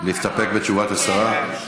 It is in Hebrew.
נסתפק בתשובת השרה?